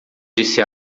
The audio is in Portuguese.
disse